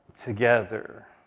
together